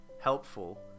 helpful